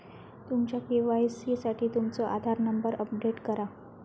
तुमच्या के.वाई.सी साठी तुमचो आधार नंबर अपडेट करा